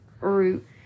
root